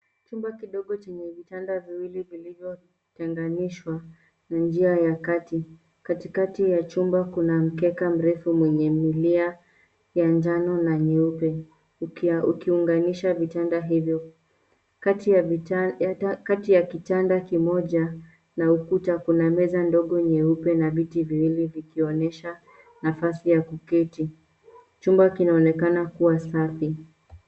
Chumba kidogo chenye vitanda viwili vilivyotengenishwa na njia ya kati. Katikati ya chumba, kuna mkeka mrefu mwenye milia ya njano na nyeupe ukiunganisha vitanda hivyo. Kati ya kitanda kimoja na ukuta kuna meza ndogo nyeupe na viti viwili vikionyesha nafasi ya kuketi. Chumba kinaonekana kuwa safi.